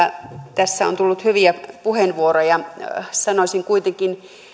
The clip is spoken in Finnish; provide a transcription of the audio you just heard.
tässä on tullut hyviä puheenvuoroja sanoisin kuitenkin